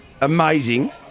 amazing